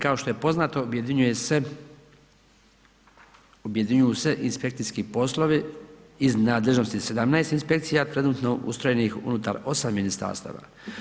Kao što je poznato objedinjuje se, objedinjuju se inspekcijski poslovi iz nadležnosti 17 inspekcija trenutno ustrojenih unutar 8 ministarstva.